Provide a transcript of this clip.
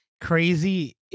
crazy